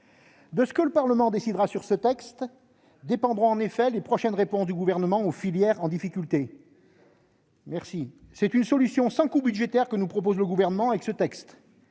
De ce que le Parlement décidera au sujet de ce texte dépendront en effet les prochaines réponses du Gouvernement aux filières en difficulté. C'est sûr ! C'est une solution sans coût budgétaire que nous propose en l'espèce le Gouvernement.